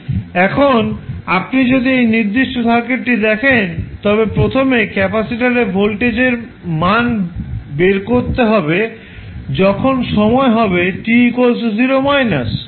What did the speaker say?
এখন আপনি যদি এই নির্দিষ্ট সার্কিটটি দেখেন তবে প্রথমে ক্যাপাসিটর এ ভোল্টেজের মান বের করতে হবে যখন সময় হবে t 0 -